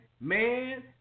man